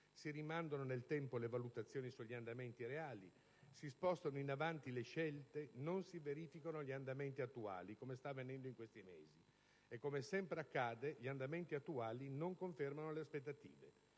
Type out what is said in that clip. si rimandano nel tempo le valutazioni sugli andamenti reali, si spostano in avanti le scelte, non si verificano gli andamenti attuali, come sta avvenendo in questi mesi. E, come sempre accade, gli andamenti attuali non confermano le aspettative.